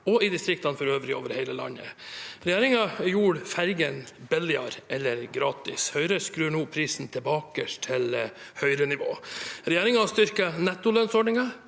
og i distriktene for øvrig over hele landet. Regjeringen gjorde ferjene billigere eller gratis. Høyre skrur nå prisen tilbake til Høyrenivå. Regjeringen styrker nettolønnsordningen.